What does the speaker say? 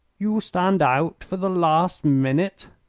you stand out for the last minute?